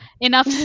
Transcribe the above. Enough